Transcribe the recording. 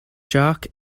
jock